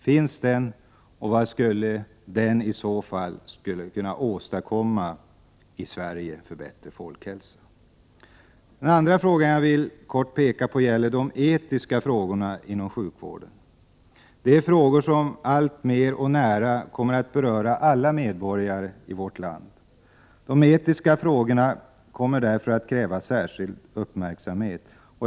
Finns den, och vad skulle den i så fall kunna åstadkomma? Den andra fråga jag vill diskutera litet kort gäller de etiska frågorna inom sjukvården. Det är frågor som alltmer och allt närmare kommer att beröra alla medborgare i vårt land. De etiska frågorna kommer därför att kräva särskild uppmärksamhet.